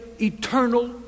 eternal